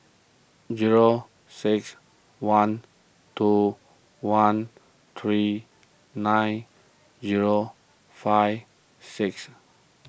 zero six one two one three nine zero five six